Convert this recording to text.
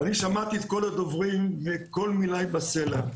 אני שמעתי את כל הדוברים וכל מילה בסלע.